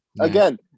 Again